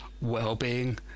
well-being